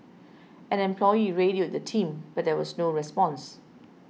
an employee radioed the team but there was no response